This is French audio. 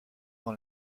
dans